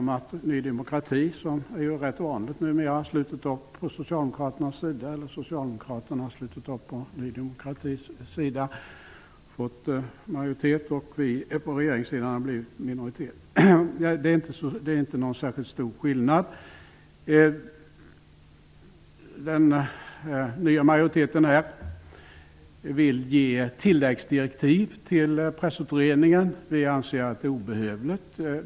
Minoriteten har fått majoritet för sitt förslag genom att Ny demokrati har slutit upp på Socialdemokraternas sida -- eller genom att Socialdemokraterna slutit upp på Ny demokratis sida. Det är ju rätt vanligt numera. Vi på regeringssidan har hamnat i minoritet. Skillnaden är inte särskilt stor. Den nya majoriteten vill ge tilläggsdirektiv till Pressutredningen. Vi anser att det är obehövligt.